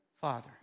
father